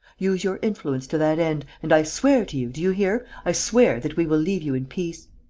use your influence to that end, and i swear to you, do you hear, i swear that we will leave you in peace.